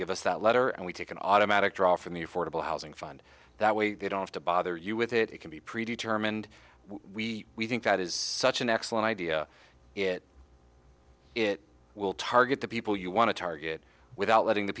give us that letter and we take an automatic draw from the affordable housing fund that way they don't have to bother you with it it can be pre determined we we think that is such an excellent idea it it will target the people you want to target without letting the